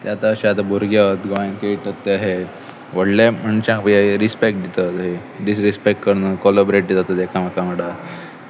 ते आतां अशे आतां भुरग्या गोंयांक अशे ते हे व्हडले मनशांक हे रिस्पेक्ट दितात अशे डिसरेिस्पेक्ट करिनात कॉलॉबरेट दितात एकामेका वांगडा